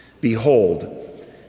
Behold